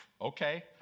Okay